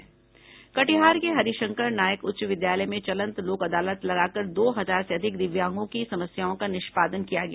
कटिहार के हरिशंकर नायक उच्च विद्यालय में चलंत लोक अदालत लगाकर दो हजार से अधिक दिव्यांगों की समस्याओं का निष्पादन किया गया